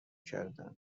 کردند